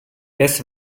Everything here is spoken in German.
des